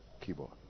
keyboard